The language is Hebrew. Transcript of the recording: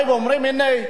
ואומרת: הנה,